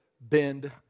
bend